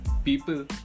People